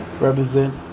Represent